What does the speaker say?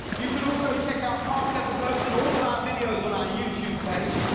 you can also check out past episodes and all of our videos on our youtube page.